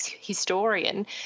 historian